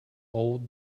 old